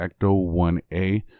Ecto-1A